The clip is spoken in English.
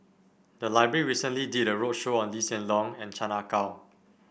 the library recently did a roadshow on Lee Hsien Yang and Chan Ah Kow